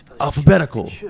Alphabetical